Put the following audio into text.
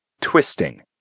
twisting